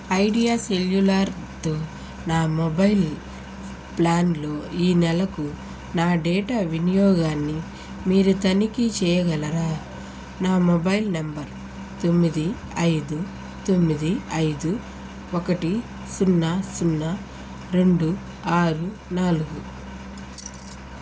idea సెల్యులార్తో నా mobile ప్లాన్లో ఈ నెలకు నా డేటా వినియోగాన్ని మీరు తనిఖీ చేయగలరా నా మొబైల్ నెంబర్ తొమ్మిది ఐదు తొమ్మిది ఐదు ఒకటి సున్నా సున్నా రెండు ఆరు నాలుగు